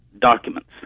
documents